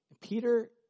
Peter